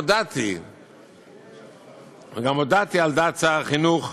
גם הודעתי על דעת שר החינוך,